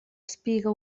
espiga